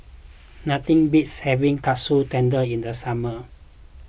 nothing beats having Katsu Tendon in the summer